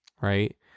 right